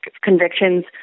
convictions